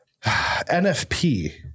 NFP